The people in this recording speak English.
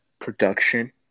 production